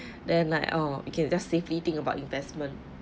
then like oh okay just safely think about investment